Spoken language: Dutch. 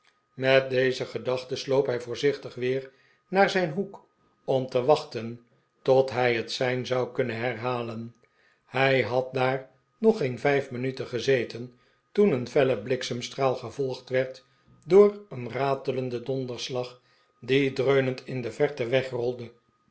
met deze gedachte sloop hij voorzichtig weer naar zijn hoek om te wachten tot hij het sein zou kunnen herhalen hij had daar nog geen vijf minuten gezeten toen een felle bliksemstraal gevolgd werd door een ratelenden donderslag die dreunend in de verte wegrolde